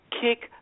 kick